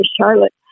Charlotte